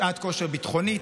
שעת כושר ביטחונית,